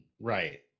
Right